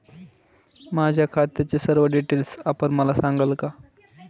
माझ्या खात्याचे सर्व डिटेल्स आपण मला सांगाल का?